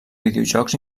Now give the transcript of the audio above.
videojocs